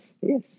yes